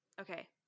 Okay